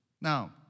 Now